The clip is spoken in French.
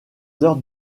heures